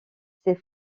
ses